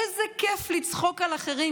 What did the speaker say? איזה כיף לצחוק על אחרים,